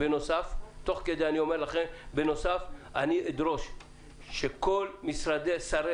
ובנוסף, אני אדרוש שכל שרי